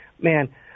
man